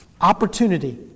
opportunity